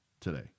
today